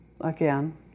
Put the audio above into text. again